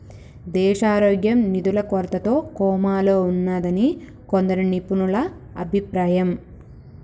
దేశారోగ్యం నిధుల కొరతతో కోమాలో ఉన్నాదని కొందరు నిపుణుల అభిప్రాయం